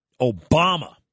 Obama